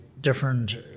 different